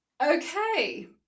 Okay